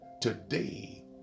Today